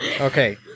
Okay